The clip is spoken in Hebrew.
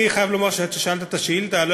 אני חייב לומר שכששאלת את השאילתה לא